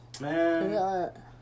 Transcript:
Man